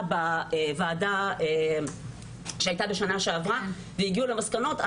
בוועדה שהייתה בשנה שעברה והגיעו למסקנות,